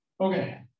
Okay